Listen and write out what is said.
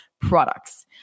products